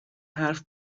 حرف